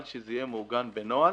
אבל שזה יהיה מעוגן בנוהל,